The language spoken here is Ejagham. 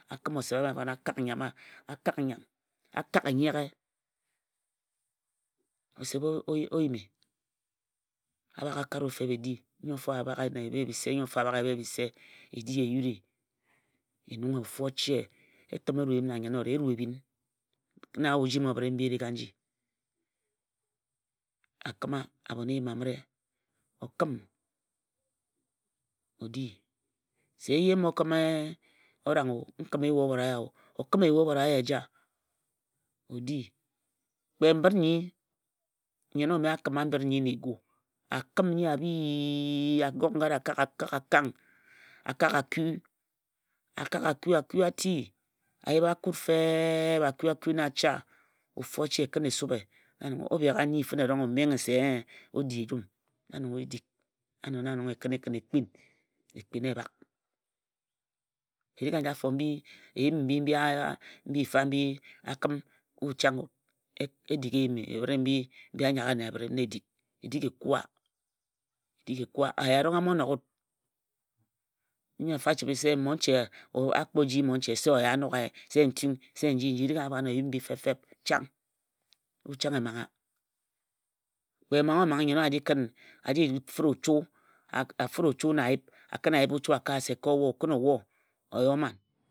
A kǝmosep abhi afo a kak nnyam a kak enyeghe osep o yimi a bhak a kare wut fep e di. Nnyo mfo a bhak e bhe bise, nnyo mfo a bhak e bhe bise, nnyo mfo a bhak ebhe bise e ohi e yuri. E nunghe ofu oche, e tǝm e rue yim na nnyen owǝre e rue ebhin na ojimi obhǝre mbi erik aji. A kǝma abhon eyim amǝre o kǝm o di. Se eye mo kǝm orang o n kǝma eyu obhoraya o o kǝm eyu obhora ya eja o di. Kpa mbǝt nnnyi nnyen ome a kǝma mbǝt nnyi na egu a gok ngare a kok akang a kak alku a kak aku aku a ti A yip a kut feep aku aku na achae ofu oche e kǝn e subhe na nong o bhegha nnyi o menghe se ee o di ejum. Na nong e dik. Ano na nong e kǝne kǝb e kipin. E kpina e bhak Erik aji afo mbi eyim mbi a kǝm wut chang o e dik eyim edim ebhǝre mbi anyaghe ane ebhere na e dik. E dik ekua, e dik kue, aya erong amo nok wut mfamfa a kpo ji mmonche se oya a noghaye se ntung. Erik aja afo ano eyim mbi fep chang. Wut chang e mangha. Kpe e manghe omanghe nnnyen owa a ji kǝn a ji fǝt ochu na ayip a kǝn ayip ochu se ko wo o kǝn o wo oya o man